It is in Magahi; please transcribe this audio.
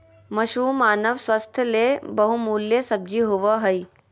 मशरूम मानव स्वास्थ्य ले बहुमूल्य सब्जी होबय हइ